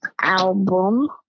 album